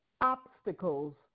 obstacles